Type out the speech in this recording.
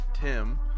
Tim